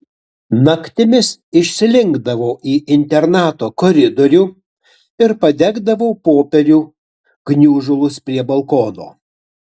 naktimis išslinkdavau į internato koridorių ir padegdavau popierių gniužulus prie balkono